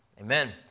Amen